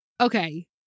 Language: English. okay